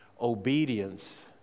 obedience